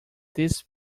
these